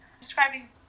describing